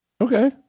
Okay